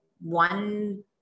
one